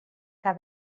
que